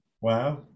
Wow